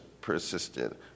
persisted